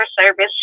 service